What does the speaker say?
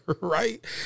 Right